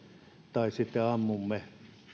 tai sitten ammumme